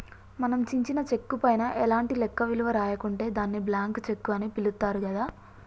మనం చించిన చెక్కు పైన ఎలాంటి లెక్క విలువ రాయకుంటే దాన్ని బ్లాంక్ చెక్కు అని పిలుత్తారు గదా